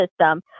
system